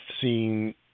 seeing –